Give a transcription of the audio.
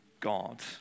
God